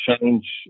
change